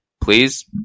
please